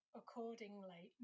accordingly